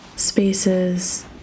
spaces